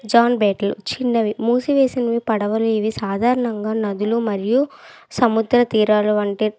John బోట్లు చిన్నవి మూసివేసినవి పడవలు ఇవి సాధారణంగా నదులు మరియు సముద్రతీరాలు వంటి